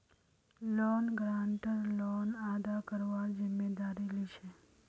loan guarantor loan अदा करवार जिम्मेदारी लीछे